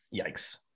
yikes